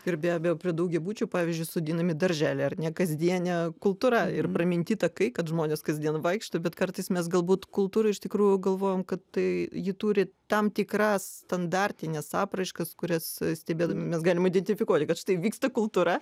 ir be abejo prie daugiabučių pavyzdžiui sodinami darželiai ar ne kasdienė kultūra ir praminti takai kad žmonės kasdien vaikšto bet kartais mes galbūt kultūra iš tikrųjų galvojam kad tai ji turi tam tikras standartines apraiškas kurias stebėdami mes galim identifikuoti kad štai vyksta kultūra